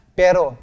pero